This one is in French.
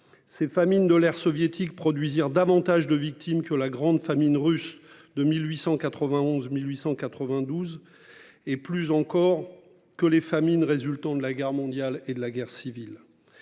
ces famine de l'ère soviétique produisirent davantage de victimes que la grande famine russe de 1891, 1892. Et plus encore que les familles n'résultant de la guerre mondiale et de la guerre civile.